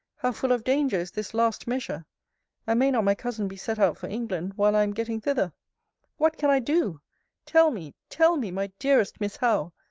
how full of danger is this last measure and may not my cousin be set out for england, while i am getting thither what can i do tell me, tell me, my dearest miss howe,